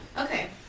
Okay